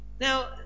Now